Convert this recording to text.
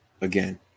again